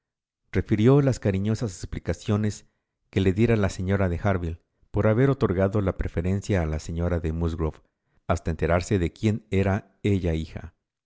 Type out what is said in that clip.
refirió las cariñosas explicaciones que le diera la señora de harville por haber otorgado la preferencia a la señora de musgrove hasta enterarse de quién era ella hija